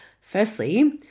Firstly